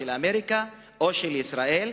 של אמריקה או של ישראל.